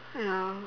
ya